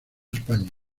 españa